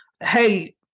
Hey